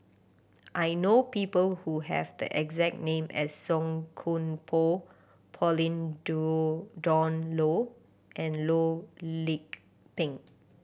I know people who have the exact name as Song Koon Poh Pauline due Dawn Loh and Loh Lik Peng